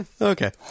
Okay